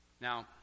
Now